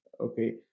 Okay